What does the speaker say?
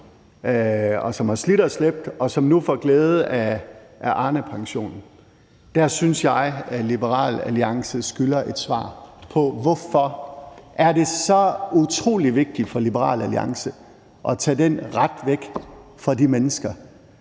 og som har slidt og slæbt og nu får glæde af Arnepensionen, synes jeg at Liberal Alliance skylder et svar på, hvorfor det er så utrolig vigtigt for Liberal Alliance at tage den ret fra de mennesker,